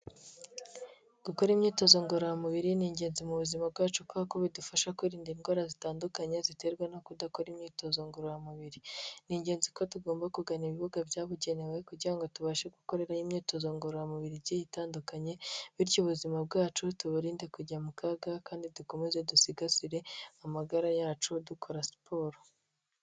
Gukora imyitozo ngororamubiri ni ingenzi mu buzima bwacu kubera ko bidufasha kwirinda indwara zitandukanye ziterwa no kudakora imyitozo ngororamubiri, ni ingenzi ko tugomba kugana ibibuga byabugenewe kugira ngo tubashe gukorera yo imyitozo ngororamubiri igiye itandukanye bityo ubuzima bwacu tuburinde kujya mu kaga kandi dukomeze dusigasire amagara yacu dukora siporo.